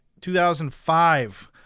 2005